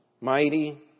mighty